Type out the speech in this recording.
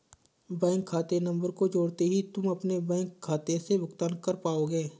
bank खाता number को जोड़ते ही तुम अपने बैंक खाते से भुगतान कर पाओगे